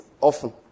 often